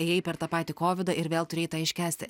ėjai per tą patį kovidą ir vėl turėjai tą iškęsti